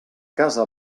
casa